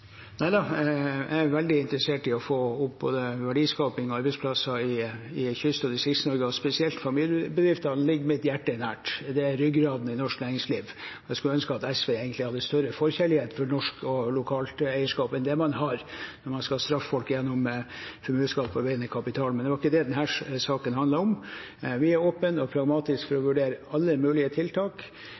Jeg er veldig interessert i å få opp både verdiskaping og arbeidsplasser i Kyst- og Distrikts-Norge, og spesielt familiebedriftene ligger mitt hjerte nært. Det er ryggraden i norsk næringsliv, og jeg skulle ønske at SV egentlig hadde større forkjærlighet for norsk og lokalt eierskap enn det man har når man skal straffe folk gjennom formuesskatt på arbeidende kapital. Men det er ikke det denne saken handler om. Vi er åpne og pragmatiske for å vurdere alle mulige tiltak.